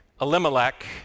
Elimelech